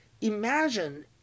Imagine